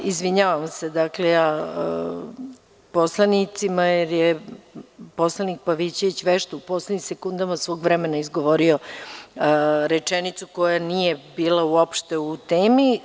Dakle, izvinjavam se poslanicima jer je poslanik Pavićević vešto u poslednjim sekundama svog vremena izgovorio rečenicu koja nije bila uopšte u temi.